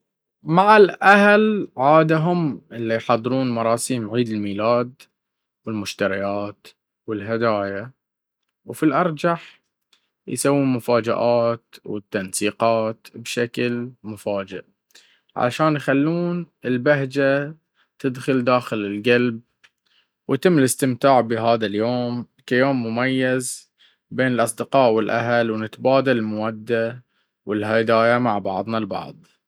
مع الأهل عادة هم اللي يحضرون مراسيم عيد الميلاد والمشتريات والهداية وفي الأرجح يسون مفاجئات والتنسيفات بشكل مفاجئ علشان ايخلون البهجة تدخل داخل القلب ويتم الاستمتاع بهذا اليوم كيوم مميز بين الأصدقاء والأهل ونتبادل المودة والهدايا مع بعضنا البعض.